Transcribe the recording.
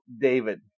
David